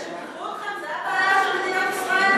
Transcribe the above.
זה שפיטרו אתכם זו הבעיה של מדינת ישראל?